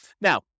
Now